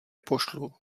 pošlu